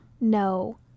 No